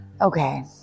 Okay